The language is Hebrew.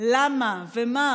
למה ומה,